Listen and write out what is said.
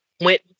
went